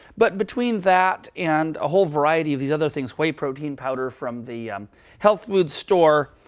but between that and a whole variety of these other things whey protein powder from the health food store,